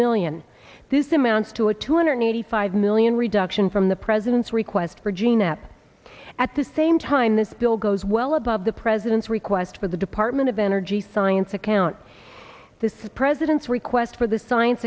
million this amounts to a two hundred eighty five million reduction from the president's request for gene app at the same time this bill goes well above the president's request for the department of energy science account this president's request for the science